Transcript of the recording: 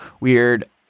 weird